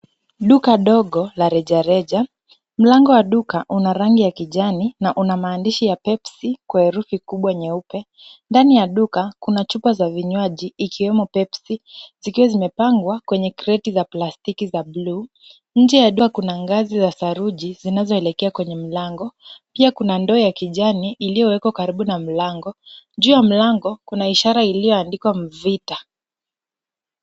Duka dogo la rejareja. Mlango wa duka una rangi ya kijani na una maandishi ya Pepsi kwa herufi kubwa nyeupe. Ndani ya duka kuna chupa za vinywaji ikiwemo Pepsi zikiwa zimepangwa kwenye kreti za plastiki za bluu. Nje ya duka kuna ngazi za saruji zinazoelekea kwenye mlango. Pia kuna ndoo ya kijani iliyowekwa karibu na mlango. Juu ya mlango kuna ishara iliyoandikwa Mvita .